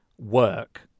work